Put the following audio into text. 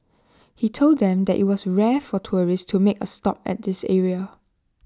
he told them that IT was rare for tourists to make A stop at this area